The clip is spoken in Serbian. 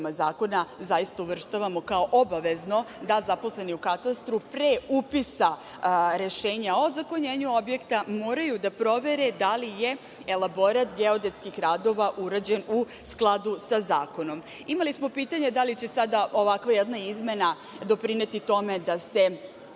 Zakona zaista uvrštavamo kao obavezno da zaposleni u Katastru pre upisa rešenja o ozakonjenju objekta moraju da provere da li je elaborat geodetskih radova urađen u skladu sa zakonom. Imali smo pitanje da li će sada ovakva jedna izmena doprineti tome da se